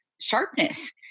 sharpness